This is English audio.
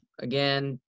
Again